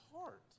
heart